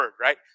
right